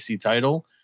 title